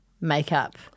makeup